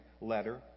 letter